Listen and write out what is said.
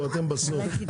אתם בסוף.